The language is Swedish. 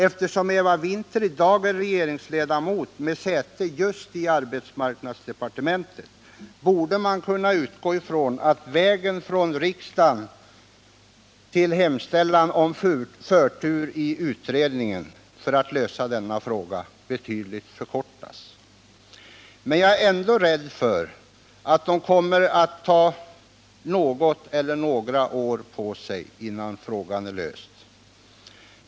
Eftersom Eva Winther i dag är regeringsledamot med säte just i arbetsmarknadsdepartementet borde man kunna utgå ifrån att vägen från riksdagen till hemställan om förtur i utredningen för att lösa denna fråga betydligt förkortas. Men jag är ändå rädd för att man kommer att ta något eller några år på sig för att lösa frågan.